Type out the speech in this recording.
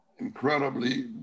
incredibly